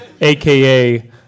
aka